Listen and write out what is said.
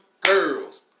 girls